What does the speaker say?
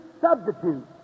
substitute